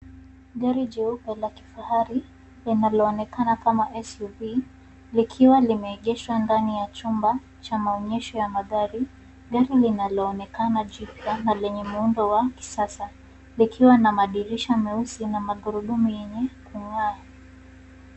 Gari jeupe la kifahari linaloonekana kama suv likiwa limeegeshwa ndani ya chumba cha maonyesho ya magari. Gari linaloonekana jipya na lenye muundo wa kisasa likiwa na madirisha meusi na magurudumu yenye kung'aa.